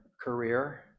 career